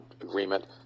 Agreement